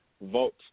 vote